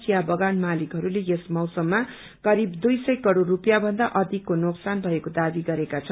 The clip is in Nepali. चिया बगान मालिक हरूले यस मौसममा करीब दुई सय करोड़ रूपियाँ भन्दा अधिकको नोक्सान भएको दावी गरेका छन्